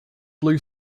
blue